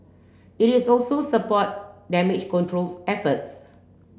it is also support damage controls efforts